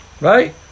right